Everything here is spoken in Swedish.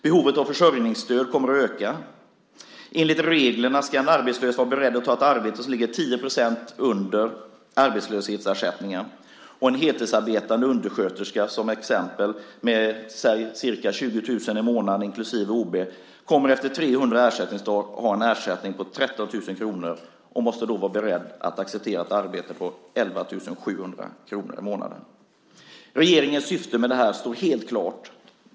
Behovet av försörjningsstöd kommer att öka. Enligt reglerna ska en arbetslös vara beredd att ta ett arbete med en lön som ligger 10 % under arbetslöshetsersättningen. Till exempel kommer en heltidsarbetande undersköterska med ca 20 000 kr i månaden, inklusive ob-tillägg, att ha en ersättning på 13 000 kr efter 300 ersättningsdagar. Hon måste då vara beredd att acceptera ett arbete med 11 700 kr i månaden. Regeringens syfte står helt klart.